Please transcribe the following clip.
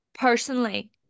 Personally